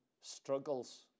struggles